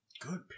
good